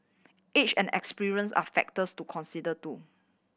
age and experience are factors to consider too